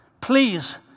please